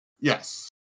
Yes